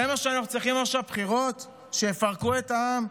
זה מה שאנחנו צריכים עכשיו, בחירות שיפרקו את העם?